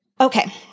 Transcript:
Okay